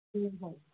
ꯎꯝ ꯍꯣꯏ